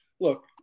look